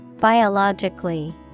Biologically